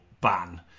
ban